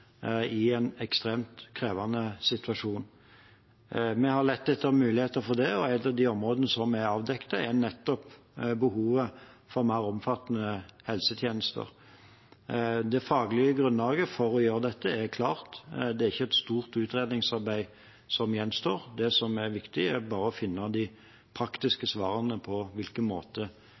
i en ekstremt krevende situasjon. Vi har lett etter muligheter for det, og et av de områdene vi avdekket, er nettopp behovet for mer omfattende helsetjenester. Det faglige grunnlaget for å gjøre dette er klart. Det er ikke et stort utredningsarbeid som gjenstår. Det som er viktig, er bare å finne de praktiske svarene på hvilken måte